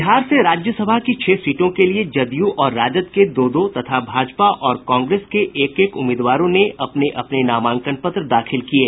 बिहार से राज्यसभा की छह सीटों के लिए जदयू और राजद के दो दो तथा भाजपा और कांग्रेस के एक एक प्रत्याशी ने अपने अपने नामांकन पत्र दाखिल किये